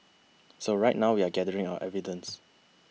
so right now we're gathering our evidence